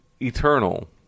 eternal